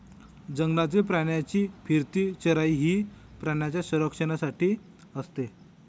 जंगलातील प्राण्यांची फिरती चराई ही प्राण्यांच्या संरक्षणासाठी असते